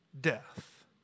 death